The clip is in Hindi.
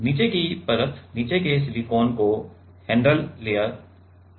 नीचे की परत नीचे के सिलिकॉन को हैंडल लेयर कहा जा सकता है